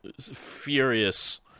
furious